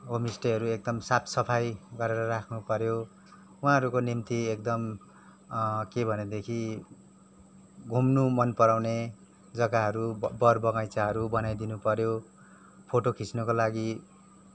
होमस्टेहरू एकदम साफ सफाइ गरेर राख्नु पऱ्यो उहाँहरूको निम्ति एकदम के भनेदेखी घुम्न मन पराउने जग्गाहरू बर बगैँचाहरू बनाइदिन पऱ्यो फोटो खिच्नको लागि